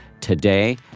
today